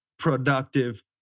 productive